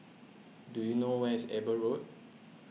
do you know where is Eber Road